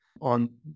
on